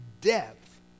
depth